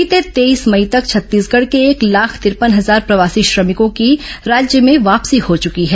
बीते तेईस मई तक छत्तीसगढ़ के एक लाख तिरपन हजार प्रवासी श्रमिकों की राज्य में वापसी हो चुकी है